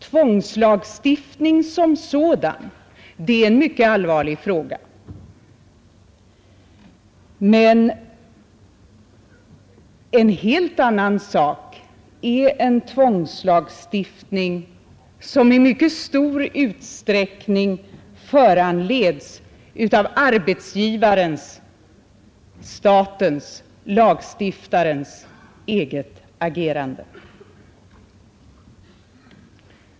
Tvångslagstiftning som sådan är en mycket allvarlig fråga, men en helt annan sak är en tvångslagstiftning, som i mycket stor utsträckning föranleds av arbetsgivarens, statens, lagstiftarens, eget agerande.